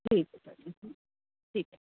ٹھیک ہے ٹھیک ہے